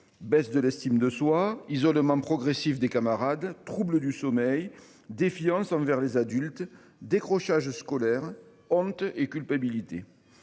Baisse de l'estime de soi isolement progressif des camarades, troubles du sommeil défiance envers les adultes décrochage scolaire honte et culpabilité